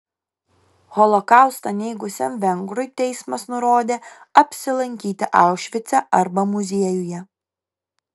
holokaustą neigusiam vengrui teismas nurodė apsilankyti aušvice arba muziejuje